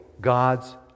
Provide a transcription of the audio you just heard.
God's